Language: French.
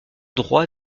droit